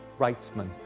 wrightsman.